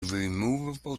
removable